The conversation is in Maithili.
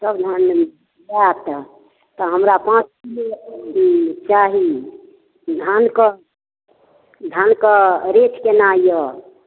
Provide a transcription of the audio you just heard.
सभ धान तऽ हमरा पाँच किलो ई चाही धानके धानके रेट केना यए